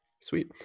Sweet